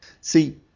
See